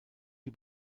die